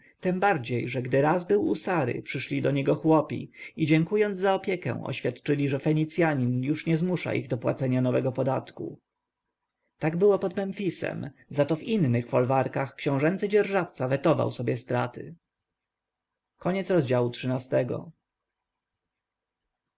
bardziej że gdy raz był u sary przyszli do niego chłopi i dziękując za opiekę oświadczyli że fenicjanin już nie zmusza ich do płacenia nowego podatku tak było pod memfisem zato w innych folwarkach książęcy dzierżawca wetował sobie straty